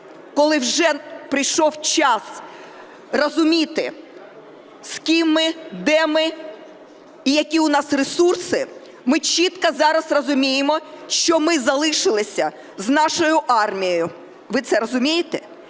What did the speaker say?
коли вже прийшов час розуміти, з ким ми, де ми і які в нас ресурси, ми чітко зараз розуміємо, що ми залишилися з нашою армією. Ви це розумієте.